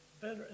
better